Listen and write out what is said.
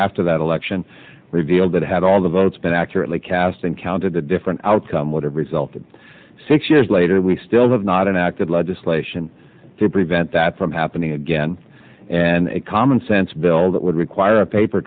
after that election revealed that had all the votes been accurately cast and counted a different outcome would have resulted six years later we still have not enacted legislation to prevent that from happening again and common sense bill that would require a paper